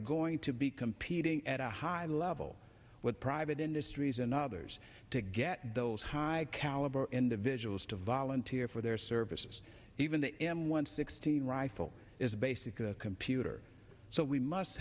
going to be competing at a high level with private industries and others to get those high caliber individuals to volunteer for their services even the m one sixty rifle is basic a computer so we must